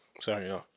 Sorry